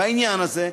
בעניין הזה,